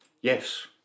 Yes